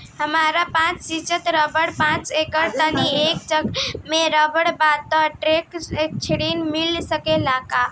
हमरा पास सिंचित रकबा पांच एकड़ तीन चक में रकबा बा त ट्रेक्टर ऋण मिल सकेला का?